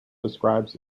describes